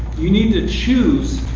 you need to choose